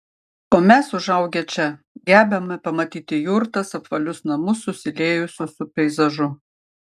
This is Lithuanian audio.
o mes užaugę čia gebame pamatyti jurtas apvalius namus susiliejusius su peizažu